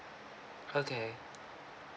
okay